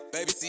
Baby